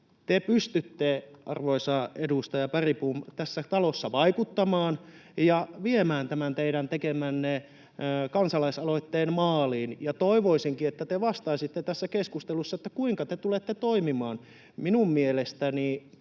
Te pystytte, arvoisa edustaja Bergbom, tässä talossa vaikuttamaan ja viemään tämän teidän tekemänne kansalaisaloitteen maaliin. Toivoisinkin, että te vastaisitte tässä keskustelussa, kuinka te tulette toimimaan. Minun mielestäni